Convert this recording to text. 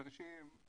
כשאנשים,